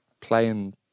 playing